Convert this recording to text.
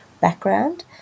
background